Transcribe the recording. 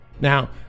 Now